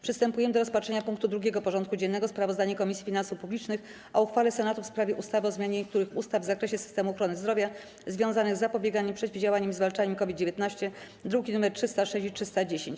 Przystępujemy do rozpatrzenia punktu 2. porządku dziennego: Sprawozdanie Komisji Finansów Publicznych o uchwale Senatu w sprawie ustawy o zmianie niektórych ustaw w zakresie systemu ochrony zdrowia związanych z zapobieganiem, przeciwdziałaniem i zwalczaniem COVID-19 (druki nr 306 i 310)